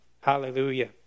Hallelujah